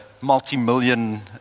multi-million